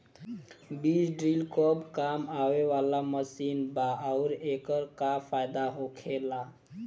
बीज ड्रील कब काम आवे वाला मशीन बा आऊर एकर का फायदा होखेला?